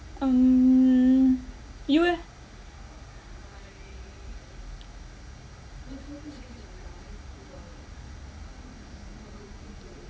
um you eh